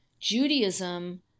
Judaism